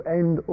end